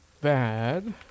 bad